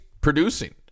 producing